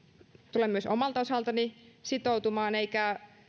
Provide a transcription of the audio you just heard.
tulen myös omalta osaltani sitoutumaan eikä